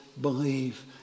believe